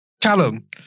Callum